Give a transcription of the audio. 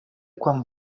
quan